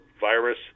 virus